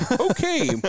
okay